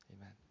Amen